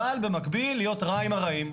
אבל במקביל להיות רע עם הרעים.